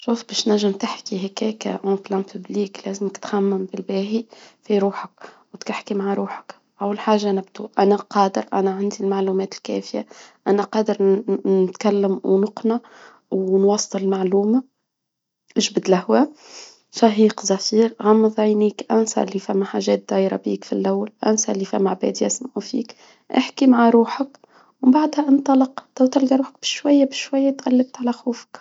شوف باش تنجم تحكي هكاكه أمام الجميع، لازمك تخمم بالباهي في روحك، وتحكي مع روحك، أول حاجة نبدو: أنا قادر، أنا عندي المعلومات الكافية، انا قادر نتكلم ونقنع ونوصل معلومة، اجبد الهواء شهيق زفير، غمض عينيك، انسى الي فما حاجات دايرة بيك في الاول، انسى الي فما عباد يسمعوا فيك، احكي مع روحك ومن بعدها انطلق، تو تلڨى روحك بالشوية بالشوية تغلبت على خوفك.